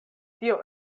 tio